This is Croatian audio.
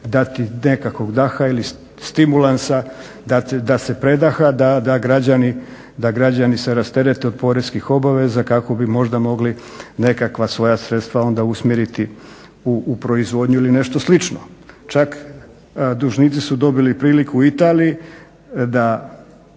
dati nekakvog daha ili stimulansa, predaha da građani se rasterete od poreskih obaveza kako bi možda mogli nekakva svoja sredstva onda usmjeriti u proizvodnju ili nešto slično. Čak dužnici su dobili priliku u Italiji da